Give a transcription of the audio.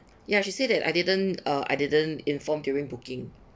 ya she said that I didn't uh I didn't inform during booking